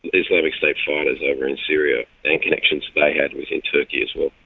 islamic state fighters over in syria, and connections they had within turkey as well.